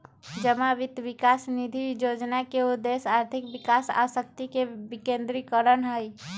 जमा वित्त विकास निधि जोजना के उद्देश्य आर्थिक विकास आ शक्ति के विकेंद्रीकरण हइ